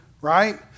right